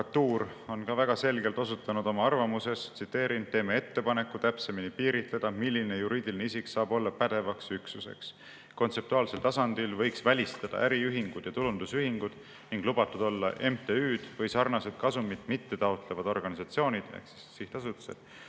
arvamuses väga selgelt osutanud [muudatuste vajalikkusele]: "Teeme ettepaneku täpsemini piiritleda, milline juriidiline isik saab olla pädevaks üksuseks. Kontseptuaalsel tasandil võiks välistada äriühingud ja tulundusühingud ning lubatud olla MTÜ-d või sarnased kasumit mittetaotlevad organisatsioonid [ehk sihtasutused